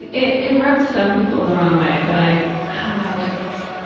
it it rubbed some people the wrong way but i i just,